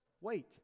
Wait